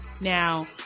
now